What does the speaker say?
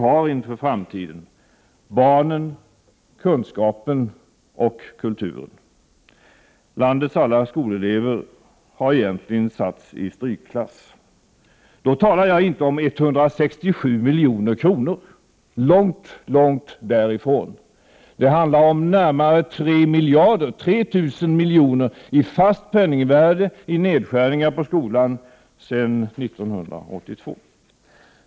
1988/89:59 vi har inför framtiden: barnen, kunskapen och kulturen. Landets alla 1februari 1989 | skolelever har egentligen satts i strykklass. Då talar jag inte om 167 milj.kr. — långt, långt därifrån — utan om närmare tre miljarder, 3 000 miljoner i fast penningvärde i nedskärningar på skolans område sedan 1982.